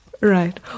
Right